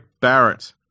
Barrett